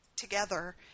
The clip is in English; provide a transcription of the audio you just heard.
together